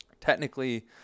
technically